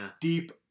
deep